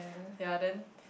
ya then